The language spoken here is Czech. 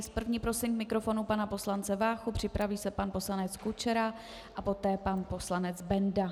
S první prosím k mikrofonu pana poslance Váchu, připraví se pan poslanec Kučera a poté pan poslanec Benda.